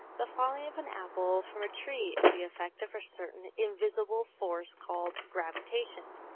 the falling of an apple from a tree is the effect of a certain invisible force called gravitation.